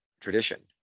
Tradition